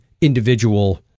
individual